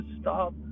stop